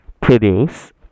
produce